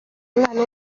umwaka